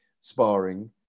sparring